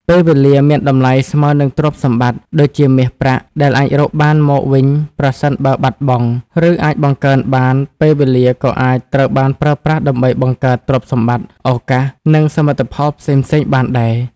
ពេលវេលាមានតម្លៃស្មើនឹងទ្រព្យសម្បត្តិ ដូចជាមាសប្រាក់ដែលអាចរកបានមកវិញប្រសិនបើបាត់បង់ ឬអាចបង្កើនបាន ពេលវេលាក៏អាចត្រូវបានប្រើប្រាស់ដើម្បីបង្កើតទ្រព្យសម្បត្តិ ឱកាស និងសមិទ្ធផលផ្សេងៗបានដែរ។